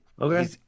okay